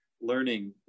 learning